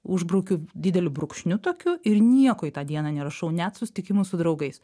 užbraukiu dideliu brūkšniu tokiu ir nieko į tą dieną nerašau net susitikimų su draugais